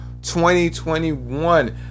2021